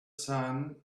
sun